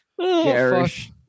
garish